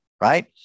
right